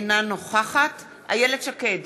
אינה נוכחת איילת שקד,